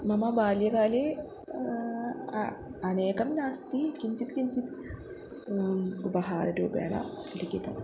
मम बाल्यकाले अनेकं नास्ति किञ्चित् किञ्चित् उपहाररूपेण लिखितम्